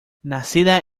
nacida